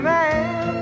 Man